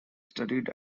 studied